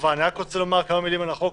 רוצה לומר כמה מילים על החוק,